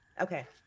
Okay